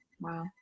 Wow